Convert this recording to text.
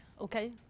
okay